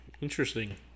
Interesting